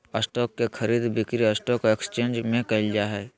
stock के खरीद बिक्री स्टॉक एकसचेंज में क़इल जा हइ